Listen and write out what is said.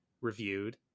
reviewed